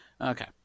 Okay